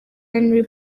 henri